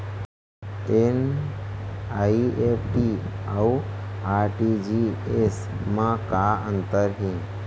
NEFT अऊ RTGS मा का अंतर हे?